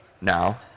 now